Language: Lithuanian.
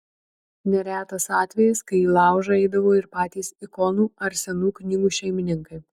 neretas atvejis kai į laužą eidavo ir patys ikonų ar senų knygų šeimininkai